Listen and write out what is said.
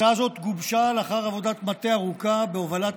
הצעה זאת גובשה לאחר עבודת מטה ארוכה בהובלת